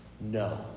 No